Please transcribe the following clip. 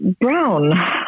brown